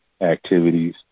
activities